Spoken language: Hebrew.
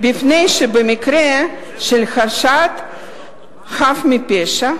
מפני שבמקרה של הרשעת חף מפשע,